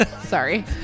Sorry